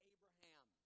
Abraham